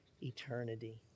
eternity